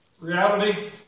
Reality